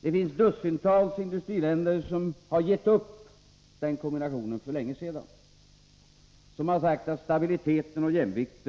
Det finns dussintals industriländer som har gett upp den kombinationen för länge sedan och som sagt att stabilitet och jämvikt